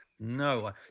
No